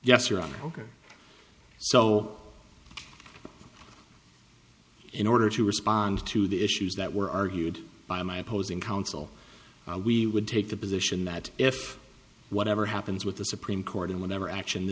yes your honor ok so in order to respond to the issues that were argued by my opposing counsel we would take the position that if whatever happens with the supreme court in whatever action